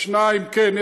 2. כן,